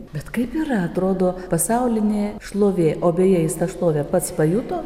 bet kaip yra atrodo pasaulinė šlovė o beje jis tą šlovę pats pajuto